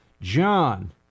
John